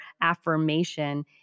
affirmation